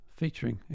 featuring